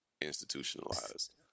institutionalized